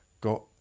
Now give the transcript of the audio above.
got